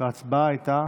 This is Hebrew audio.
וההצבעה הייתה